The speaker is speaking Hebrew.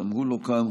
גם הוא לא כאן,